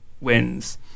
wins